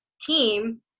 team